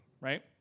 right